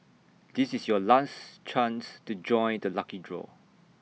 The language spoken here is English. this is your last chance to join the lucky draw